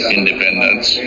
independence